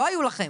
לא היו לכם.